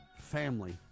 family